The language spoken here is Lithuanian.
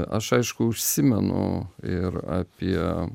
aš aišku užsimenu ir apie